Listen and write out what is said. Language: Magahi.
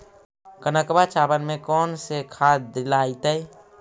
कनकवा चावल में कौन से खाद दिलाइतै?